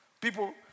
People